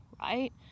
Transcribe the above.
right